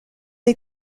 est